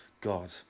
God